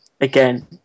again